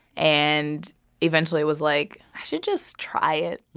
and eventually, it was like, i should just try it.